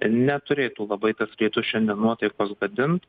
neturėtų labai tas lietus šiandien nuotaikos gadint